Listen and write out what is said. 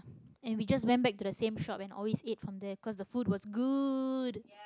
and we just went back to the same shop and always eat for there cause the food was good